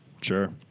Sure